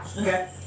Okay